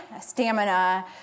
stamina